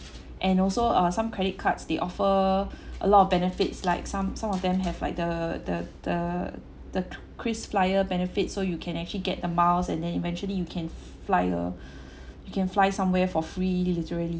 and also uh some credit cards they offer a lot of benefits like some some of them have like the the the the krisflyer benefits so you can actually get the miles and then eventually you can fly uh you can fly somewhere for free literally